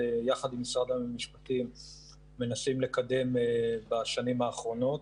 יחד עם משרד המשפטים מנסים לקדם בשנים האחרונות.